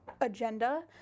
agenda